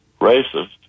racist